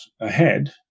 ahead